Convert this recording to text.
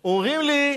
אומרים לי: